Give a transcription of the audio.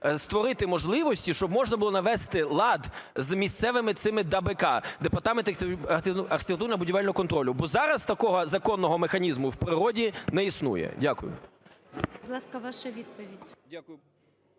створити можливості, щоб можна було навести лад з місцевими цими ДАБК, департаментами архітектурно-будівельного контролю. Бо зараз такого законного механізму в природі не існує. Дякую.